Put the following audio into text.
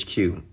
HQ